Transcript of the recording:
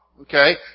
Okay